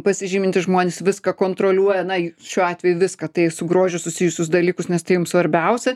pasižymintys žmonės viską kontroliuoja na šiuo atveju viską tai su grožiu susijusius dalykus nes tai jums svarbiausia